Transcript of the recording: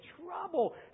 trouble